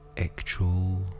actual